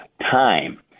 time